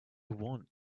want